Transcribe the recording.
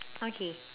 okay